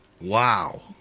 Wow